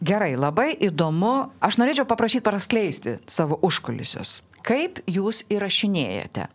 gerai labai įdomu aš norėčiau paprašyt praskleisti savo užkulisius kaip jūs įrašinėjate